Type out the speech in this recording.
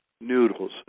noodles